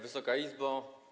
Wysoka Izbo!